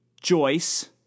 Joyce